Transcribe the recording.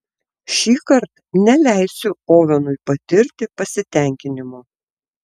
šįkart neleisiu ovenui patirti pasitenkinimo